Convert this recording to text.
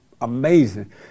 amazing